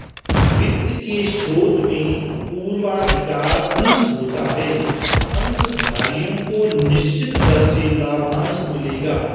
वित्त के स्रोत में पूर्वाधिकार अंश होता है अंशधारियों को निश्चित दर से लाभांश मिलेगा